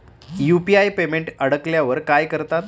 UPI payment अडकल्यावर काय करतात?